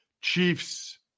Chiefs